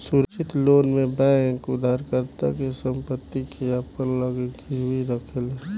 सुरक्षित लोन में बैंक उधारकर्ता के संपत्ति के अपना लगे गिरवी रखेले